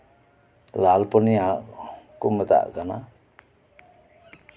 ᱞᱟᱞᱯᱩᱱᱤᱭᱟᱹ ᱠᱚ ᱢᱮᱛᱟᱜ ᱠᱟᱱᱟ